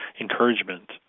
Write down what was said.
encouragement